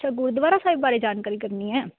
ਅੱਛਾ ਗੁਰਦੁਆਰਾ ਸਾਹਿਬ ਬਾਰੇ ਜਾਣਕਾਰੀ ਕਰਨੀ ਹੈ